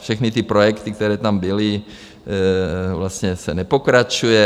Všechny ty projekty, které tam byly, vlastně se nepokračuje.